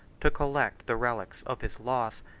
to collect the relics of his loss,